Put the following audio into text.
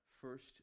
first